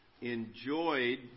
enjoyed